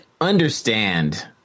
understand